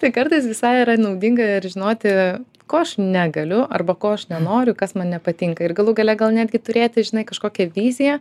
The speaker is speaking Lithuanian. tai kartais visai yra naudinga ir žinoti ko aš negaliu arba ko aš nenoriu kas man nepatinka ir galų gale gal netgi turėti žinai kažkokią viziją